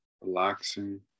relaxing